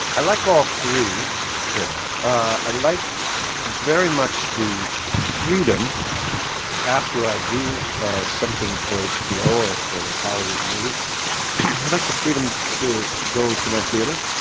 i like all three good answer ah i like very much the freedom after i do ah something for hbo or for a hollywood movie. i like the freedom to go to my theater,